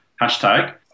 hashtag